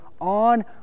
on